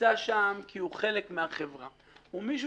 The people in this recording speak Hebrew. שנמצא שם כי הוא חלק מן החברה אלא הוא מישהו